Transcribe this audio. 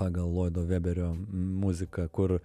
pagal loido vėberio muziką kur